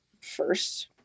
first